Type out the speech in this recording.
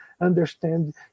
understand